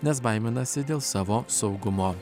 nes baiminasi dėl savo saugumo